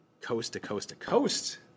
coast-to-coast-to-coast